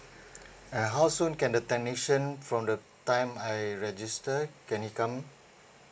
uh how soon can the technician from the time I register can he come